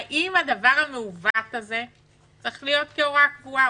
האם הדבר המעוות הזה צריך להיות כהוראה קבועה?